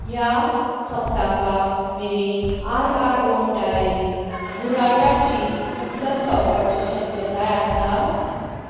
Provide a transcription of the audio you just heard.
ह्या सप्ताका मेरेन R R O dairy burrata cheese उपलब जावपाची शक्यताय आसा